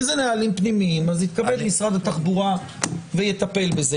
אם זה נהלים פנימיים אז יתכבד משרד התחבורה ויטפל בזה.